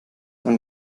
und